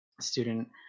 student